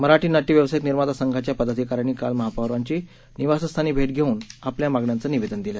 मराठी नाट्य व्यावसायिक निर्माता संघाच्या पदाधिकाऱ्यांनी काल महापौरांची निवासस्थानी भेट घेऊनआपल्या मागण्यांचं निवेदन दिलं